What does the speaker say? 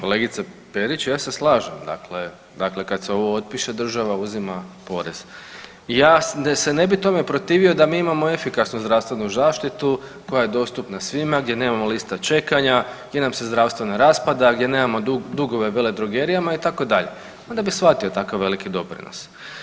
Kolegice Perić ja se slažem dakle kad se ovo otpiše država uzima porez, ja se ne bi tome protivio da mi imamo efikasno zdravstvenu zaštitu koja je dostupna svima, gdje nemamo liste čekanja, gdje nam se zdravstvo ne raspada, gdje nemamo dugove veledrogerijama itd. onda bi shvatio takav veliki doprinos.